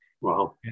Wow